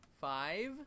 Five